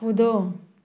कूदो